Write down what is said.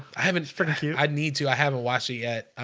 i haven't sort of yeah i need to i haven't watched it yet.